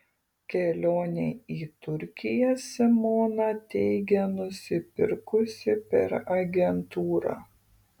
kelionę į turkiją simona teigia nusipirkusi per agentūrą